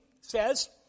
says